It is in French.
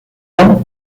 long